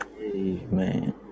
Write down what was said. amen